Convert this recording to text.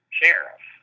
sheriff